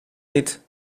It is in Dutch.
niet